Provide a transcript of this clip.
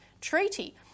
treaty